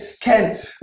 Ken